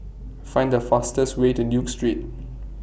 Find The fastest Way to Duke Street